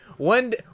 One